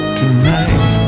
tonight